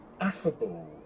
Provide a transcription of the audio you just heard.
affable